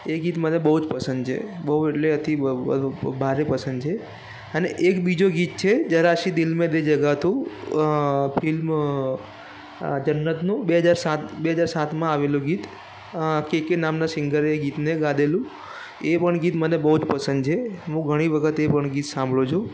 એ ગીત મને બહુ જ પસંદ છે બહુ એટલે અતિ અ ભારે પસંદ છે અને એક બીજું ગીત છે જરા સી દિલ મેં દે જગા તુ અ ફિલ્મ જન્નતનું બે હજાર સાત બે હજાર સાતમાં આવેલું ગીત અ કેકે નામના સિંગરે એ ગીતને ગાયેલું એ પણ ગીત મને બહુ જ પસંદ છે હું ઘણી વખત એ પણ ગીત સાંભળું છું